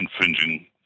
infringing